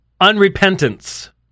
unrepentance